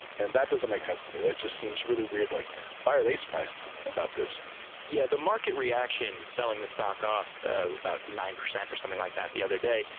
and that doesn't make sense to me. that just seems really weird. like why are they surprised about this? lewis yeah. the market reaction, selling the stock off about nine percent or something like that the other day,